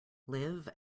live